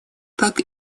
так